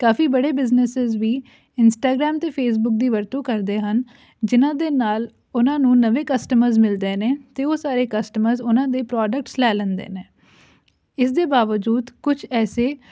ਕਾਫੀ ਬੜੇ ਬਿਜ਼ਨੇਸਿਸ ਵੀ ਇੰਸਟਾਗਰਾਮ ਅਤੇ ਫੇਸਬੁੱਕ ਦੀ ਵਰਤੋਂ ਕਰਦੇ ਹਨ ਜਿਹਨਾਂ ਦੇ ਨਾਲ ਉਹਨਾਂ ਨੂੰ ਨਵੇਂ ਕਸਟਮਰਸ ਮਿਲਦੇ ਨੇ ਅਤੇ ਉਹ ਸਾਰੇ ਕਸਟਮਰਸ ਉਹਨਾਂ ਦੇ ਪ੍ਰੋਡਕਟਸ ਲੈ ਲੈਂਦੇ ਨੇ ਇਸ ਦੇ ਬਾਵਜੂਦ ਕੁਝ ਐਸੇ